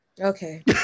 okay